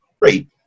Great